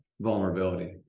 vulnerability